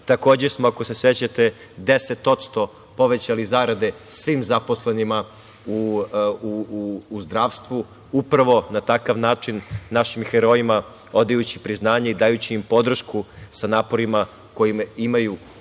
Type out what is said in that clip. virusa. Takođe smo, ako se sećate, 10% povećali zarade svim zaposlenima u zdravstvu, upravo na takav način našim herojima odajući priznanje, dajući im podršku sa naporima koje imaju u borbi